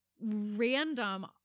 random